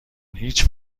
هیچ